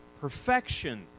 perfection